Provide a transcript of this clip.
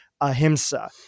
Ahimsa